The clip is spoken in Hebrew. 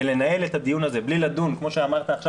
ולנהל את הדיון הזה בלי לדון כמו שאמרת עכשיו